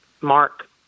Mark